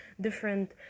different